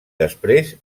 després